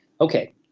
Okay